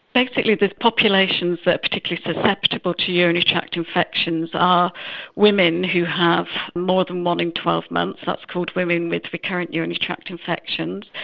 basically the populations that are particularly susceptible to urinary tract infections are women who have more than one in twelve months, that's called women with recurrent urinary tract infections,